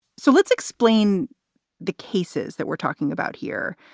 so let's explain the cases that we're talking about here.